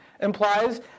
implies